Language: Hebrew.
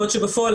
בעוד שבפועל,